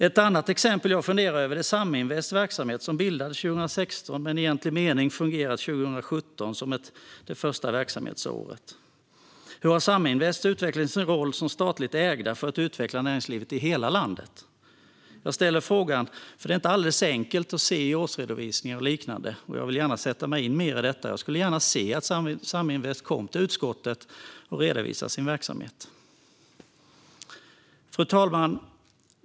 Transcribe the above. Ett annat exempel jag funderar över är verksamheten i Saminvest, som bildades 2016 men där 2017 fungerade som första verksamhetsår i egentlig mening. Hur har Saminvest utvecklat sin roll som statligt ägt för att utveckla näringslivet i hela landet? Jag ställer frågan, för det är inte alldeles enkelt att se i årsredovisningar och liknande. Jag vill gärna sätta mig in mer i detta. Jag skulle gärna se att Saminvest kommer till utskottet och redovisar sin verksamhet. Fru talman!